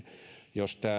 jos